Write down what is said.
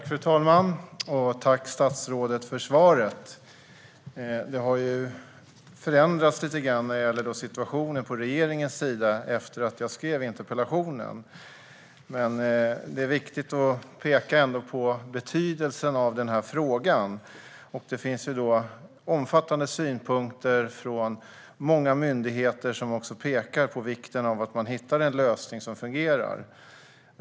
Fru talman! Tack, statsrådet, för svaret! Situationen på regeringens sida har förändrats lite grann efter det att jag skrev interpellationen, men det är ändå viktigt att peka på betydelsen av denna fråga. Det finns omfattande synpunkter från många myndigheter, som pekar på vikten av att hitta en lösning som fungerar.